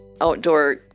outdoor